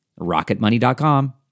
RocketMoney.com